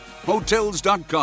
Hotels.com